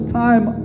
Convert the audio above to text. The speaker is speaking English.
time